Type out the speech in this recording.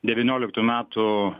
devynioliktų metų